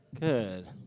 Good